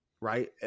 right